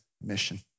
mission